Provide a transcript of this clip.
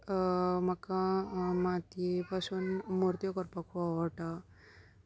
म्हाका मातये पासून मुर्त्यो करपाक खूब आवडटा